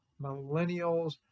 millennials